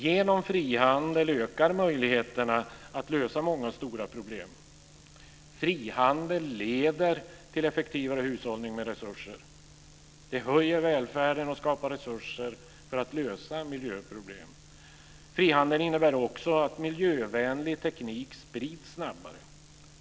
Genom frihandel ökar möjligheterna att lösa många stora problem. Frihandel leder till effektivare hushållning med resurser. Det höjer välfärden och skapar resurser för att lösa miljöproblem. Frihandel innebär också att miljövänlig teknik sprids snabbare.